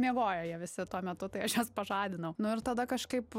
miegojo jie visi tuo metu tai aš juos pažadinau nu ir tada kažkaip